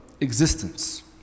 existence